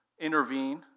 intervene